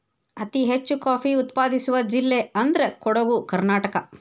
ಅತಿ ಹೆಚ್ಚು ಕಾಫಿ ಉತ್ಪಾದಿಸುವ ಜಿಲ್ಲೆ ಅಂದ್ರ ಕೊಡುಗು ಕರ್ನಾಟಕ